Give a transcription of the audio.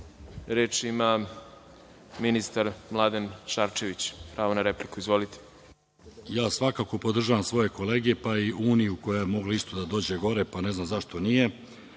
ima ministar Mladen Šarčević, pravo na repliku. **Mladen Šarčević** Svakako podržavam svoje kolege, pa i Uniju koja je mogla isto da dođe gore, a ne znam zašto nije,